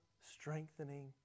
strengthening